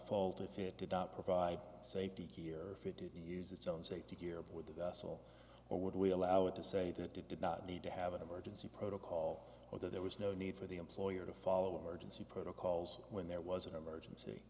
fault if it did not provide safety here if it didn't use its own safety gear with the vessel or would we allow it to say that it did not need to have an emergency protocol or that there was no need for the employer to follow emergency protocols when there was an emergency